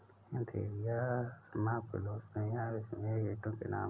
Antheraea असामा फिलोसामिया रिसिनी रेशम के कीटो के नाम हैं